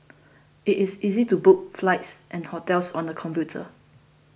it is easy to book flights and hotels on the computer